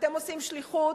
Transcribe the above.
אתם עושים שליחות,